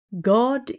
God